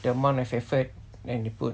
the amount of effort and they put